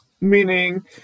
meaning